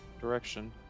direction